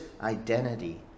identity